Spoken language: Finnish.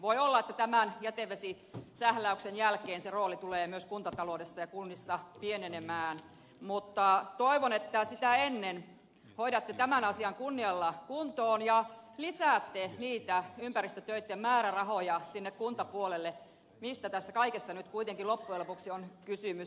voi olla että tämän jätevesisähläyksen jälkeen se rooli tulee myös kuntataloudessa ja kunnissa pienenemään mutta toivon että sitä ennen hoidatte tämän asian kunnialla kuntoon ja lisäätte niitä ympäristötöitten määrärahoja sinne kuntapuolelle mistä tässä kaikessa nyt kuitenkin loppujen lopuksi on kysymys